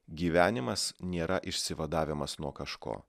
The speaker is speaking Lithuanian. gyvenimas nėra išsivadavimas nuo kažko